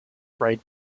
grade